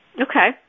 Okay